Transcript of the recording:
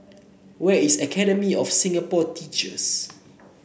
where is Academy of Singapore Teachers